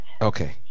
Okay